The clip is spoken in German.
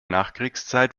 nachkriegszeit